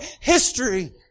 history